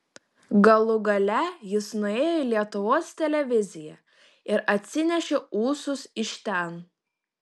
galų gale jis nuėjo į lietuvos televiziją ir atsinešė ūsus iš ten